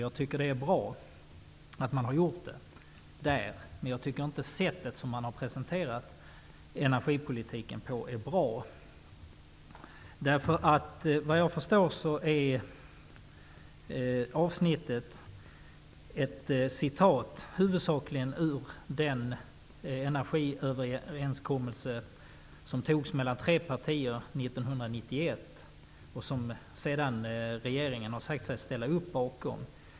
Jag tycker att det är bra att man har gjort presentationen där, men jag tycker inte att sättet man har presenterat energipolitiken på är bra. Vad jag förstår är avsnittet ett citat, huvudsakligen ur den energiöverenskommelse som togs mellan tre partier 1991 och som regeringen sedan har sagt sig ställa upp bakom.